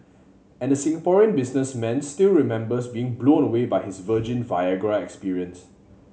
and the Singaporean businessman still remembers being blown away by his virgin Viagra experience